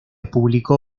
publicó